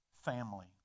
family